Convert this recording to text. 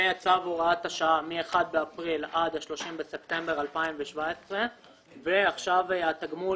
זה צו הוראת השעה מ-1 באפריל עד ה-30 בספטמבר 2017. ועכשיו התגמול